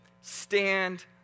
Stand